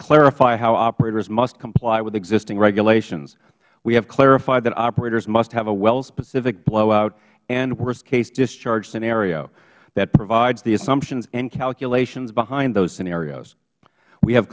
clarify how operators must comply with existing regulations we have clarified that operators must have a wellspecific blowout and worstcase discharge scenario that provides the assumptions and calculations behind those scenarios we have